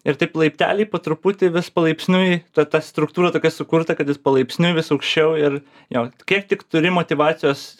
ir taip laipteliai po truputį vis palaipsniui ta ta struktūra tokia sukurta kad jūs palaipsniui vis aukščiau ir jo kiek tik turi motyvacijos